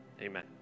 amen